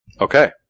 Okay